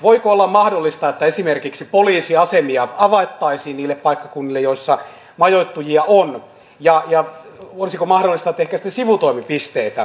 voisiko olla mahdollista että esimerkiksi poliisiasemia avattaisiin niille paikkakunnille joilla majoittujia on ja olisiko mahdollista että avattaisiin ehkä sitten sivutoimipisteitä